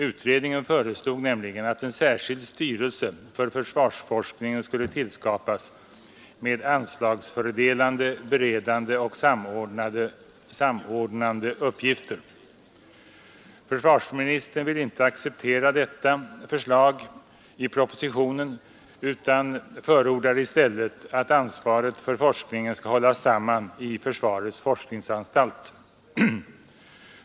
Utredningen föreslog nämligen att en särskild styrelse för försvarsforskningen skulle tillskapas med anslagsfördelande, beredande och samordnande uppgifter. Försvarsministern vill i propositionen inte acceptera detta förslag utan förordar i stället att ansvaret för forskningen skall hållas samman i försvarets forskningsanstalt.